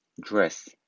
Dress